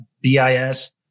BIS